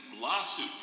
lawsuit